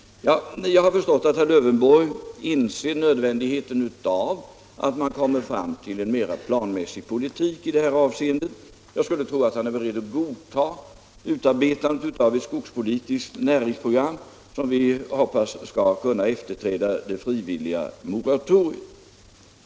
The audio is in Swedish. Jag har förstått att herr Lövenborg inser nödvändigheten av att vi kommer fram till en mera planmässig politik i detta avseende, och jag tror också att han är beredd att godta utarbetandet av ett skogspolitiskt näringsprogram som vi hoppas skall kunna efterträda det frivilliga moratoriet.